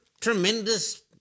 tremendous